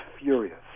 furious